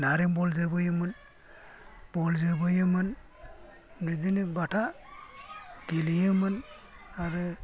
नारें बल जोबोयोमोन बल जोबोयोमोन बिदिनो बाथा गेलेयोमोन आरो